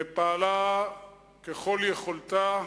ופעלה ככל יכולתה,